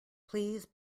please